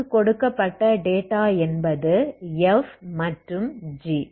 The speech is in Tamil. நமக்கு கொடுக்கப்பட்ட டேட்டா என்பது f மற்றும் g